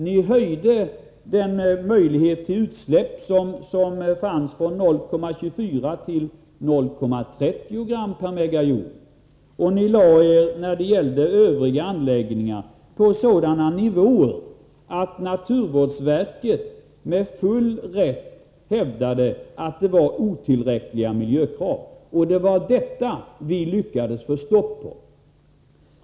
Ni ökade den möjlighet till utsläpp som fanns från 0,24 till 0,30 gram per megajoule, och ni lade er när det gällde övriga anläggningar på sådana nivåer att naturvårdsverket med full rätt hävdade att kraven var otillräckliga. Det var detta vi lyckades få stopp på.